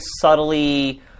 subtly